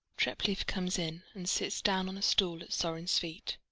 treplieff comes in and sits down on a stool at sorin's feet.